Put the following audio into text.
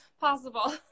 Possible